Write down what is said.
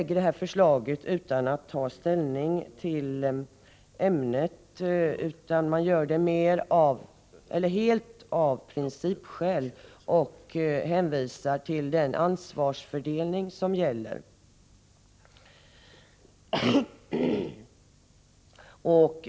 Utskottet föreslår detta utan att ta ställning till ämnet. Man gör det helt av principskäl och hänvisar till den ansvarsfördelning som gäller.